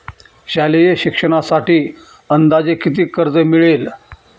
शालेय शिक्षणासाठी अंदाजे किती कर्ज मिळेल?